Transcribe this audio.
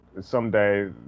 someday